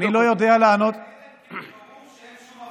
אלא אם כן ברור שאין שום עבירה.